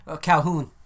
Calhoun